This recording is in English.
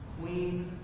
Queen